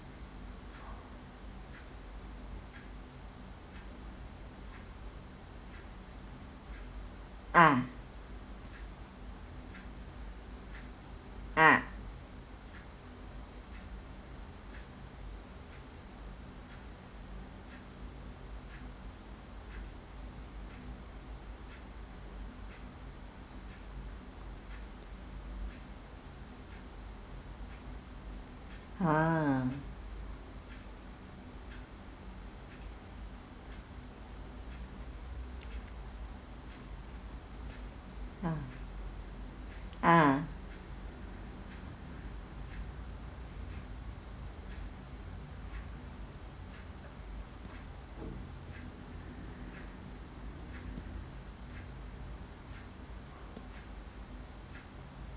ah ah ha ah ah